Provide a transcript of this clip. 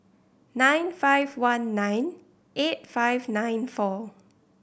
nine five one nine eight five nine four